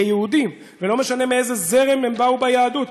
כיהודים, ולא משנה מאיזה זרם הם באו ביהדות.